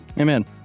Amen